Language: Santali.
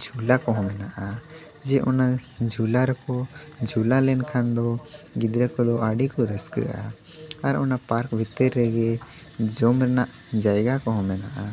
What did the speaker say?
ᱡᱷᱩᱞᱟ ᱠᱚ ᱦᱚᱸ ᱢᱮᱱᱟᱜᱼᱟ ᱚᱱᱟ ᱡᱷᱩᱞᱟ ᱨᱮᱠᱚ ᱡᱷᱩᱞᱟ ᱞᱮᱱᱠᱷᱟᱱ ᱫᱚ ᱜᱤᱫᱽᱨᱟᱹ ᱠᱚᱫᱚ ᱟᱹᱰᱤ ᱠᱚ ᱨᱟᱹᱥᱠᱟᱹᱜᱼᱟ ᱟᱨ ᱚᱱᱟ ᱯᱟᱨᱠ ᱵᱷᱤᱛᱤᱨ ᱨᱮᱜᱮ ᱡᱚᱢ ᱨᱮᱱᱟᱜ ᱡᱟᱭᱜᱟ ᱠᱚ ᱦᱚᱸ ᱢᱮᱱᱟᱜᱼᱟ